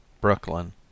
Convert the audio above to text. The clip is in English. Brooklyn